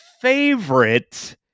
favorite